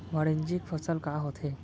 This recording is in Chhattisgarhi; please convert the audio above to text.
वाणिज्यिक फसल का होथे?